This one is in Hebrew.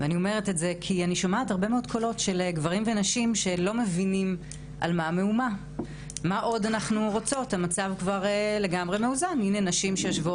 כי הפערים המוגזמים האלה יכולים להמשיך